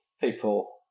people